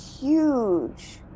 huge